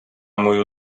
мою